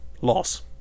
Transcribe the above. Loss